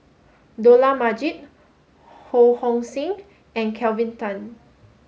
Dollah Majid Ho Hong Sing and Kelvin Tan